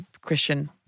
Christian